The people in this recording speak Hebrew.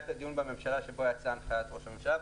דיון בממשלה שבו יצאה הנחיית ראש הממשלה.